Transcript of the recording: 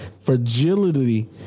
fragility